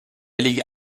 ligue